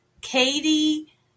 Katie